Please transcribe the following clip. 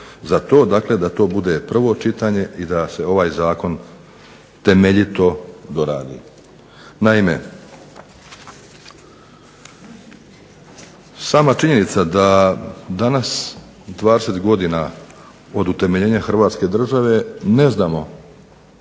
za to dakle da to bude prvo čitanje i da se ovaj zakon temeljito doradi. Naime, sama činjenica da danas, 20 godina od utemeljenja Hrvatske države ne znamo